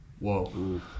Whoa